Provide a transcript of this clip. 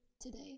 today